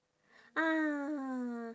ah